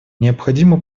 необходимо